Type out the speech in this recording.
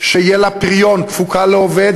תעשייה בת-קיימא, שיש לה פריון, תפוקה לעובד.